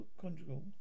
conjugal